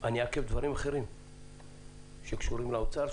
אני אעכב דברים אחרים שקשורים לאוצר,